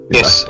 Yes